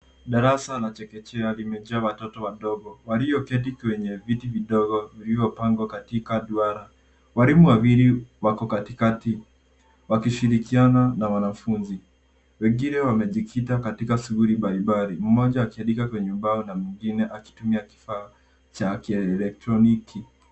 Darasa la chekechea vimejaa watoto wadogo walioketi kwenye viti vidogo vilivyopangwa katika duara. Walimu wawili wako katikati, wakishirikiana, na wanafunzi. Wengine wamejikita katika shughuli mbalimbali, mmoja akiandika kwenye ubao na mwingine akitumia kifaa cha kieletroniki.